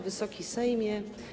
Wysoki Sejmie!